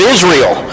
Israel